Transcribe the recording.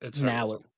now